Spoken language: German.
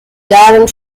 lernen